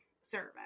service